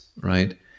right